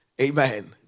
Amen